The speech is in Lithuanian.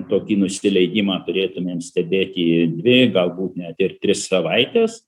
tokį nusileidimą turėtumėm stebėti dvi galbūt net ir tris savaites